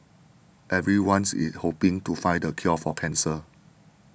everyone's is hoping to find the cure for cancer